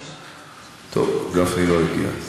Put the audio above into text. טוב, גפני לא הגיע.